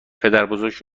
پدربزرگش